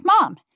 mom